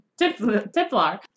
Tiplar